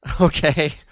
Okay